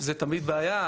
שזה תמיד בעיה,